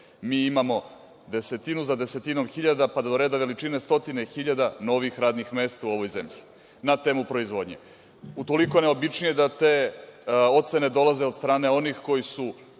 mi imamo desetinu za desetinom hiljada, pa reda veličine stotine hiljada, novih radnih mesta u ovoj zemlji, na temu proizvodnje. Utoliko je neobičnije da te ocene dolaze od strane onih koji su